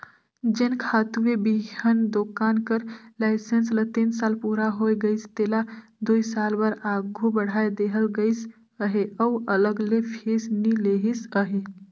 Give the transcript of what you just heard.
जेन खातूए बीहन दोकान कर लाइसेंस ल तीन साल पूरा होए गइस तेला दुई साल बर आघु बढ़ाए देहल गइस अहे अउ अलग ले फीस नी लेहिस अहे